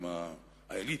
הם האליטה,